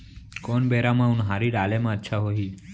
कोन बेरा म उनहारी डाले म अच्छा होही?